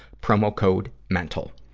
promo code mental.